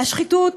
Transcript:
השחיתות